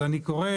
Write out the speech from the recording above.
אז אני קורא,